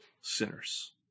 sinners